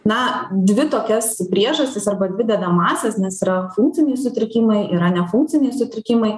na dvi tokias priežastis arba dvi dedamąsias nes yra funkciniai sutrikimai yra ne funkciniai sutrikimai